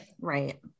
Right